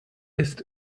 ist